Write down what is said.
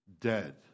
dead